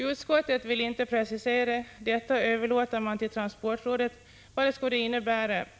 Utskottet vill inte precisera vad detta skulle innebära; detta överlåter man till transportrådet.